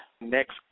Next